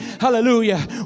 hallelujah